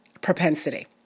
propensity